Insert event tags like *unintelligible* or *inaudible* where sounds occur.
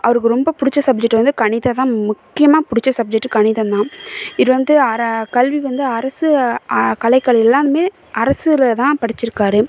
அவருக்கு ரொம்ப பிடிச்ச சப்ஜெக்ட் வந்து கணிதம் தான் முக்கியமாக பிடிச்ச சப்ஜெக்ட் கணிதம் தான் இது வந்து அர கல்வி வந்து அரசு கலைக் *unintelligible* எல்லாமே அரசில்தான் படிச்சிருக்கார்